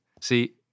See—